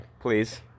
please